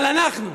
אבל אנחנו,